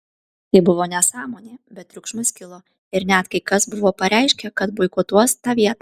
tai buvo nesąmonė bet triukšmas kilo ir net kai kas buvo pareiškę kad boikotuos tą vietą